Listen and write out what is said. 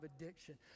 addiction